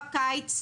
בקיץ,